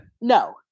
No